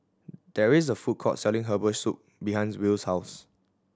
there is a food court selling herbal soup behind Will's house